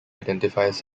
identifies